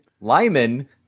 Lyman